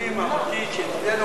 שאצלנו קיים,